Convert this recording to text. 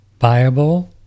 viable